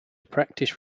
practise